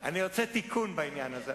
רוצה תיקון בעניין הזה,